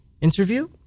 interview